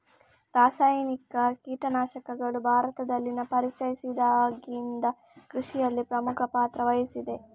ರಾಸಾಯನಿಕ ಕೀಟನಾಶಕಗಳು ಭಾರತದಲ್ಲಿ ಪರಿಚಯಿಸಿದಾಗಿಂದ ಕೃಷಿಯಲ್ಲಿ ಪ್ರಮುಖ ಪಾತ್ರ ವಹಿಸಿದೆ